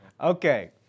Okay